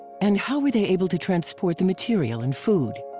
and how were they able to transport the material and food?